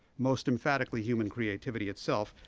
most emphatically human creativity itself,